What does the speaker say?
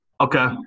Okay